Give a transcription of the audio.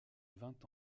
vingt